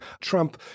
Trump